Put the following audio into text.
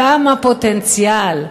כמה פוטנציאל.